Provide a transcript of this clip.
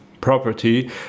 property